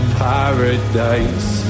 paradise